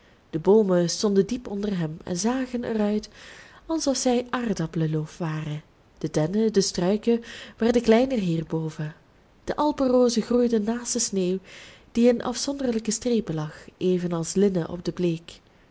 de boomen stonden diep onder hem en zagen er uit alsof zij aardappelenloof waren de dennen de struiken werden kleiner hier boven de alpenrozen groeiden naast de sneeuw die in afzonderlijke strepen lag evenals linnen op de bleek